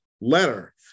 letter